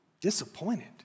disappointed